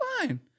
fine